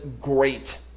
great